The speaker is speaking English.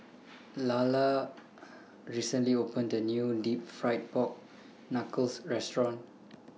Lalla recently opened A New Deep Fried Pork Knuckles Restaurant